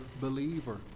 believer